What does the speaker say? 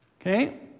Okay